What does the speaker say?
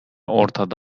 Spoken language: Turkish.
ortada